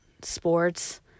sports